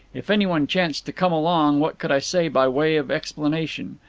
if anyone chanced to come along, what could i say by way of explanation?